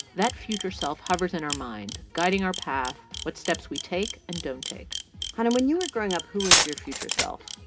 that future self hovers in our mind, guiding our path, what steps we take and don't take hanna, when you were growing up, who was your future self?